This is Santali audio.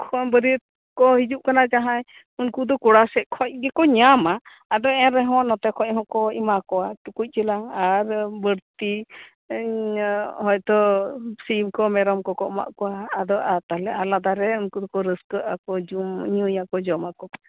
ᱠᱚ ᱵᱟᱹᱨᱭᱟᱹᱛ ᱠᱚ ᱦᱤᱡᱩᱜ ᱠᱟᱱᱟ ᱡᱟᱦᱟᱸᱭ ᱩᱱᱠᱩ ᱫᱚ ᱠᱚᱲᱟ ᱥᱮᱡ ᱠᱷᱚᱱ ᱜᱮᱠᱚ ᱧᱟᱢᱟ ᱟᱫᱚ ᱮᱱ ᱨᱮᱦᱚᱸ ᱱᱚᱛᱮ ᱠᱷᱚᱡ ᱦᱚᱸᱠᱚ ᱮᱢᱟ ᱠᱚᱣᱟ ᱴᱩᱠᱩᱡ ᱪᱮᱞᱟᱝ ᱟᱨ ᱵᱟᱹᱲᱛᱤ ᱦᱚᱭ ᱛᱚ ᱥᱤᱢ ᱠᱚ ᱢᱮᱨᱚᱢ ᱠᱚᱠᱚ ᱮᱢᱟᱫ ᱠᱚᱣᱟ ᱟᱫᱚ ᱟᱨ ᱛᱟᱞᱦᱮ ᱟᱞᱟᱫᱟ ᱨᱮ ᱩᱱᱠᱩ ᱨᱟᱹᱥᱠᱟᱹᱜ ᱟᱠᱚ ᱡᱚᱢ ᱧᱩᱭᱟᱠᱚ ᱡᱚᱢᱟ ᱠᱚ